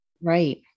Right